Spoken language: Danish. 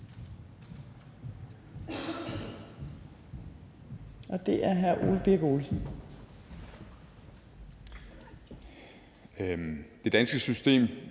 og det er hr. Ole Birk Olesen.